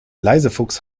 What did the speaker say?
leisefuchs